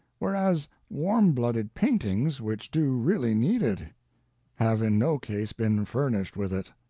whereas warm-blooded paintings which do really need it have in no case been furnished with it.